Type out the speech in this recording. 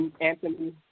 Anthony